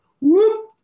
whoop